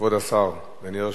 כבוד השר דניאל הרשקוביץ,